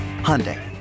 Hyundai